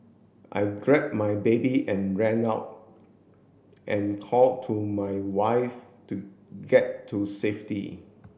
I grabbed my baby and ran out and called to my wife to get to safety